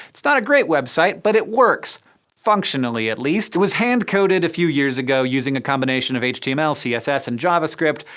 it's not a great website, but it works functionally at least. it was hand coded a few years ago using a combination of html, css, and javascript,